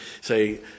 say